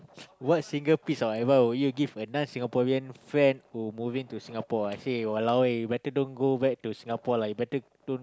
what single piece of advice would you give a non Singaporean friend who moving to Singapore I say !walao! eh you better don't go back to Singapore lah better don't